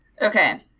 Okay